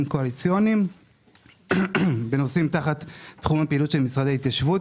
קואליציוניים בנושאים תחת תחום הפעילות של משרד ההתיישבות,